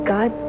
God